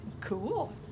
cool